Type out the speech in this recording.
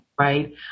Right